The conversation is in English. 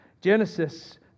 Genesis